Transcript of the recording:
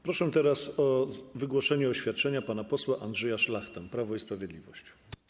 Proszę o wygłoszenie oświadczenia pana posła Andrzeja Szlachtę, Prawo i Sprawiedliwość.